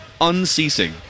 Unceasing